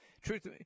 Truth